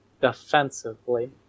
defensively